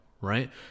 Right